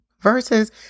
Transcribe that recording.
versus